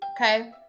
okay